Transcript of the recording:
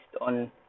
on